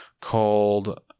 called